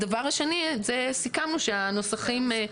הדבר השני, סיכמנו שהנוסחים יאוחדו.